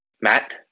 Matt